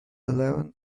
eleven